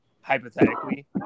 hypothetically